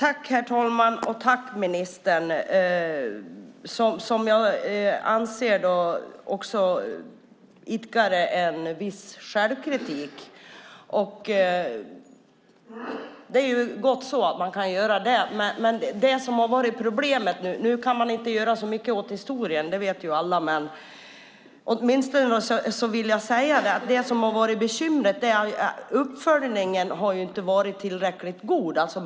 Herr talman! Tack ministern, som jag anser idkade en viss självkritik. Det är gott så att man kan göra det. Nu kan man inte göra så mycket åt historien. Det vet vi alla. Men det som har varit bekymret är att uppföljningen inte har varit tillräckligt god.